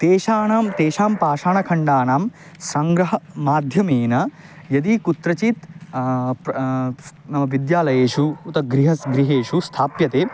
तेषाणां तेषां पाषाणखण्डानां सङ्ग्रह माध्यमेन यदि कुत्रचित् प्रा नाम विद्यालयेषु उत गृहस् गृहेषु स्थाप्यते